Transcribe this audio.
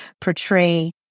portray